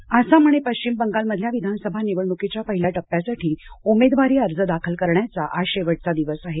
निवडणक आसाम आणि पश्चिम बंगाल मधल्या विधानसभा निवडण्कीच्या पहिल्या टप्प्यासाठी उमेदवारी अर्ज दाखल करण्याचा आज शेवटचा दिवस आहे